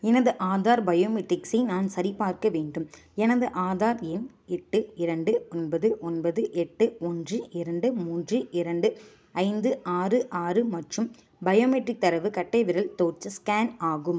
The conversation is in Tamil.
எனது ஆதார் பயோமெட்டிக்ஸை நான் சரிபார்க்க வேண்டும் எனது ஆதார் எண் எட்டு இரண்டு ஒன்பது ஒன்பது எட்டு ஒன்று இரண்டு மூன்று இரண்டு ஐந்து ஆறு ஆறு மற்றும் பயோமெட்டிக் தரவு கட்டைவிரல் தோய்ச்ச ஸ்கேன் ஆகும்